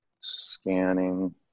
scanning